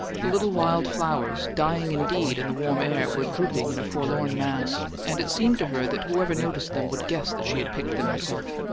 the little wild flowers, dying indeed in the warm air, were drooping in a forlorn mass and it seemed to her that whoever noticed them would guess that she had picked them herself.